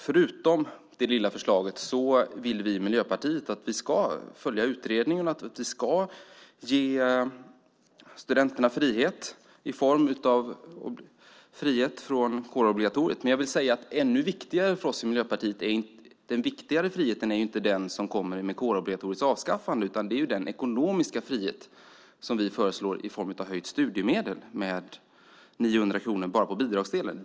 Förutom det lilla förslaget vill vi i Miljöpartiet att vi ska följa utredningen och att vi ska ge studenterna frihet i form av frihet från kårobligatoriet. Men jag vill säga att ännu viktigare för oss i Miljöpartiet är den frihet som inte kommer med kårobligatoriets avskaffande, utan det är den ekonomiska frihet som vi föreslår i form av höjt studiemedel med 900 kronor bara på bidragsdelen.